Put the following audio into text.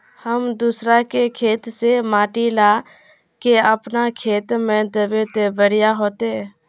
हम दूसरा के खेत से माटी ला के अपन खेत में दबे ते बढ़िया होते?